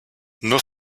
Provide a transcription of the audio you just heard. nur